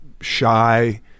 shy